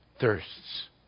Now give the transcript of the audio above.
thirsts